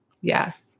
Yes